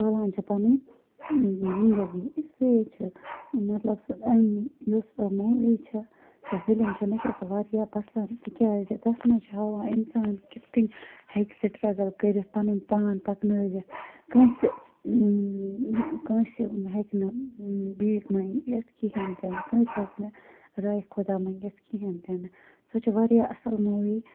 پالان چھِ پَننۍ زِندَگی اِسلیے چھِ مَطلَب سۄ یُس سۄ موٗوی چھَ سۄ فلم چھَ مےٚ چھَ سۄ واریاہ پَسَنٛد تتھ مَنٛز چھِ ہاوان اِنسان کِتھ کَنۍ ہیٚکہِ سٹرگل کٔرِتھ پَنُن پان پَکنٲوِتھ کٲنٛسہِ کٲنٛسہِ ہیٚکہِ بہٕ بیٖک مٔنگِتھ کِہیٖنۍ تہِ نہٕ کٲنٛسہِ ہیٚکہِ نہٕ رایہِ خۄداہ مٔنگِتھ کِہیٖنۍ تہِ نہٕ سۄ چھ واریاہ اصل موٗوی